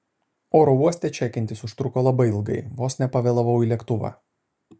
oro uoste čekintis užtruko labai ilgai vos nepavėlavau į lėktuvą